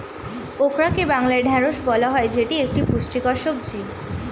ওকরাকে বাংলায় ঢ্যাঁড়স বলা হয় যেটা একটি পুষ্টিকর সবজি